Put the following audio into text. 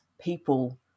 people